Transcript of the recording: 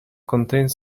contained